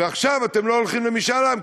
ועכשיו אתם לא הולכים למשאל עם,